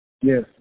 Yes